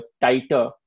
tighter